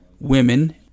women